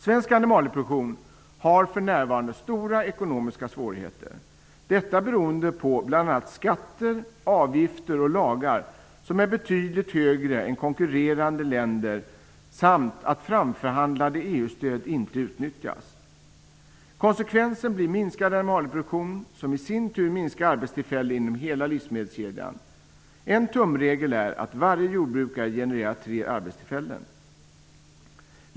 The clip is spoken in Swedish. Svensk animalieproduktion har för närvarande stora ekonomiska svårigheter beroende på bl.a. lagar samt skatter och avgifter, som är betydligt högre än konkurrerande länders samt att framförhandlade EU stöd inte utnyttjas. Konsekvensen blir minskad animalieproduktion, som i sin tur leder till minskade arbetstillfällen inom hela livsmedelskedjan. En tumregel är att varje jordbrukare genererar tre arbetstillfällen.